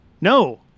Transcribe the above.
No